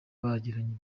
bagiranye